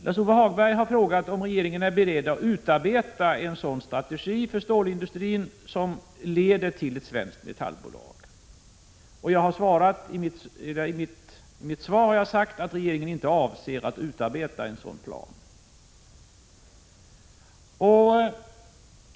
Lars-Ove Hagberg har frågat om regeringen är beredd att utarbeta en strategi för stålindustrin som leder till ett svenskt metallbolag. I mitt svar har jag sagt att regeringen inte avser att utarbeta en sådan plan.